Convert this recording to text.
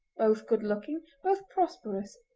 both good-looking, both prosperous,